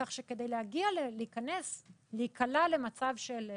כך שכדי להיקלע למצב של עיצום,